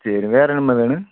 சரி வேறு என்னம்மா வேணும்